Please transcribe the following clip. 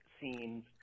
scenes